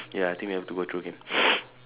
ya I think we have to go through again